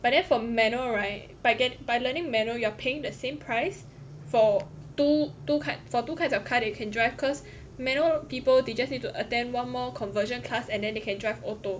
but then for manual right by get~ by learning manual you are paying the same price for two two for two kinds of car that you can drive cause manual people they just need to attend one more conversion class and then they can drive auto